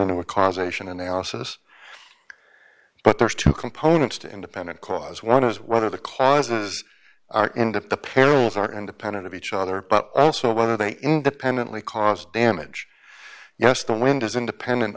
a causation analysis but there's two components to independent cause one is whether the causes are in the parallels are independent of each other but also whether they independently cause damage yes the wind is independent